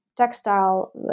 textile